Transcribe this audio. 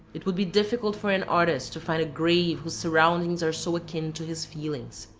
it would be difficult for an artist to find a grave whose surroundings are so akin to his feelings.